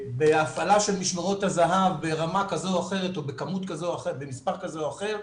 בהפעלה של משמרות הזה"ב ברמה כזו או אחרת או במספר כזה או אחר,